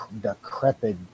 decrepit